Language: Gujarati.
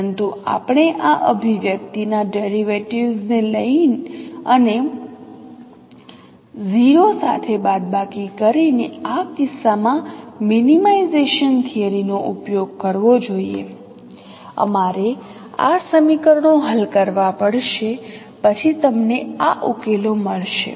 પરંતુ આપણે આ અભિવ્યક્તિના ડેરિવેટિવ્ઝ ને લઈ અને 0 સાથે બરાબરી કરીને આ કિસ્સામાં મિનિમાઇઝેશન થિયરી નો ઉપયોગ કરવો જોઈએ અમારે આ સમીકરણો હલ કરવા પડશે પછી તમને આ ઉકેલો મળશે